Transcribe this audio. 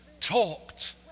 talked